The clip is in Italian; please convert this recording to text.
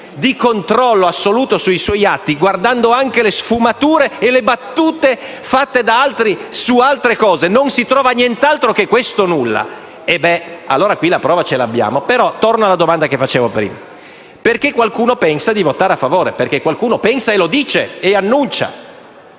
di controllo assoluto sui suoi atti, guardando anche le sfumature e le battute fatte da altri su altre cose, non si trova nient'altro che questo nulla, beh, allora qui la prova ce l'abbiamo. Torno alla domanda che ho posto: perché qualcuno pensa di votare a favore? Perché qualcuno lo pensa e lo dice, lo annuncia.